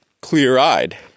clear-eyed